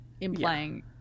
implying